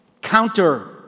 Counter